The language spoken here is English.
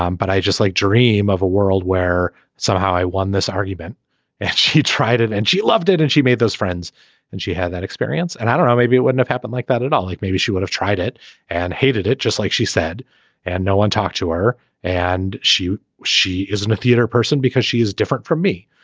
um but i just like dream of a world where somehow i won this argument and she tried it and she loved it and she made those friends and she had that experience and i don't know maybe it wouldn't have happened like that at all like maybe she would have tried it and hated it just like she said and no one talked to her and she she isn't a theatre person because she is different from me.